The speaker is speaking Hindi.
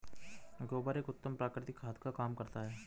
गोबर एक उत्तम प्राकृतिक खाद का काम करता है